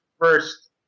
first